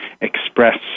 express